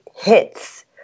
hits